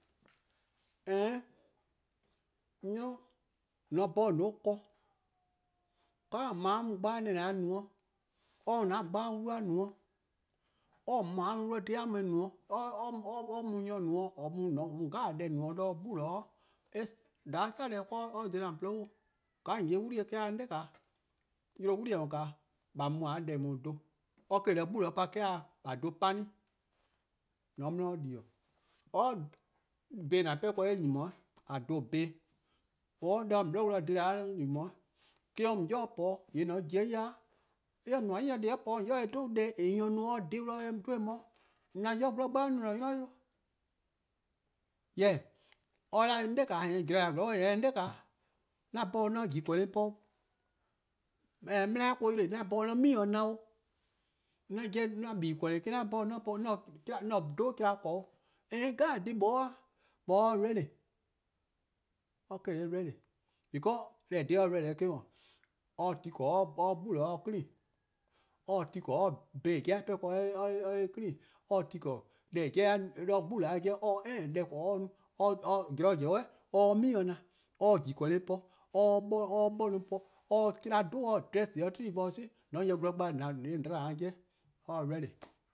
Een, 'nynor :mor :an 'bhorn :on 'ye-or :korn, :ka or-: mor-: a mu-a bo na-dih-eh no, or mu 'de :on bo-a wlu-a' no, :ka a mu-a dih :dhe-eh no-', or mu nyor no-' :or mu-a deh 'jeh no-' 'de 'gbu, 'dha a za-dih glu 'de :wor or zela :on :gwluhuh'. :ka :on 'ye-a 'wli-eh, 'de oe 'da 'on 'dae: 'yle :wli-eh :daa :a mu :a 'ye deh :yeh ;da dhen. Or se-' 'de 'gbu pa 'de or 'da :a dhen 'pani' :on 'ye 'di :di-dih or 'bhee :an 'pehn-a ken :eh :nyne-: 'yi :a dhen bhee, or 'de :on 'bli-dih :dhe 'da 'nyne-' 'yi, me or mu ;o :on ybei' dih po, :yee' :mor :on pobo-eh 'ya, deh+ or mu 'o :on ybei'-dih po-, :yee' :mor :on pobo-ih ya :mor en nmor 'yi-dih deh+ or po-a 'o :on ybei' dih en 'dhu deh :mor nyor no-a 'de or dhe-a dih en 'dhu eh mor-' :yee' :an ya-or gwlor bo or no :an-'a'a: 'nynor 'weh 'o. Jorwor: or 'da 'on 'dae:, zorn zean-a zorn bo :yee' or 'da 'on 'dae:, 'an 'bhorn 'on 'ye 'o :jii-kornu+ po 'o, :eh 'beh dele-eh 'yle 'o, :yee' or 'da 'an 'bhorn 'on 'ye 'mi-ken :na 'o, 'an 'jeh 'an-' :boeh+-kornu:+ me-: 'an 'bhorn 'on ye 'o po 'o, 'on se 'dhu-chlan 'ble 'o, een dhih 'jeh mlor 'da-a, 'jorwor: or se-' ready, or se-' ready. Because deh :eh :korn-a dhih or se-a ready eh-: 'dhu, or se ti :korn or 'ye 'de 'gbu 'di-dih clean, or se ti :korn bhee 'jeh a 'pehn ken or 'ye-eh clean, 'de 'gbu-a 'jeh or se :koan: :korn or 'ye 'de no-dih, :mor zorn zen or 'ye 'mi ken :na, or 'ye 'de :jii-kornu+ po, or 'ye 'de :ji-eh po deh+ :po, or 'ye 'chlan 'dhu or 'ye dress-ih or 'ye 'de 'kpa ken-dih 'si, :mor :on ya-or gwlor bo, :yee' :on 'dba-a 'jeh 'weh.